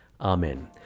Amen